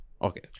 Okay